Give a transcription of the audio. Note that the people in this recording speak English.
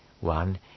one